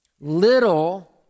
little